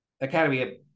academy